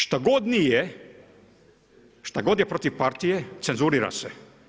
Što god nije, što god je protiv partije, cenzurira se.